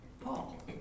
Paul